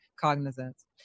cognizance